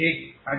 ঠিক আছে